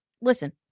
Listen